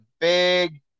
big